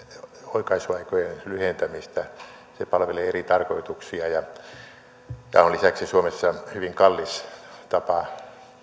oikaisuaikojen lyhentämistä se palvelee eri tarkoituksia ja on lisäksi suomessa hyvin kallis tapa